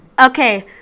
Okay